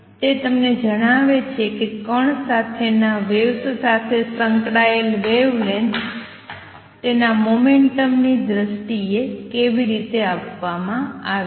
તે તમને જણાવે છે કે કણ સાથેના વેવ્સ સાથે સંકળાયેલ વેવલેન્થ તેના મોમેંટમ ની દ્રષ્ટિએ કેવી રીતે આપવામાં આવે છે